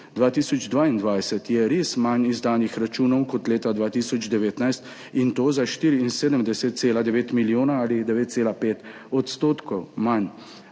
2022 res manj izdanih računov kot leta 2019, in to za 74,9 milijonov ali 9,5 % manj,